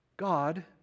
God